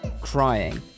crying